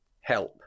Help